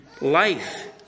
life